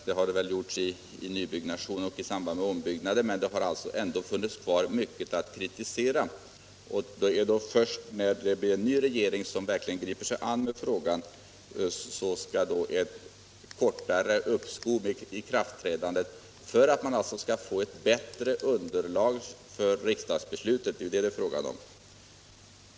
Det har väl blivit litet bättre i nybyggnation och i samband med ombyggnader, men det har ändå funnits kvar mycket att kritisera. Först när det blir en ny regering, som verkligen griper sig an frågan, anmärker ni på ett kortare uppskov med ikraftträdandet av lagstiftningen — som görs för att man skall få ett bättre underlag för riksdagsbeslutet.